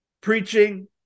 preaching